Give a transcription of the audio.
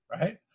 right